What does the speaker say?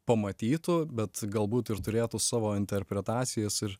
pamatytų bet galbūt ir turėtų savo interpretacijas ir